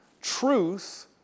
truth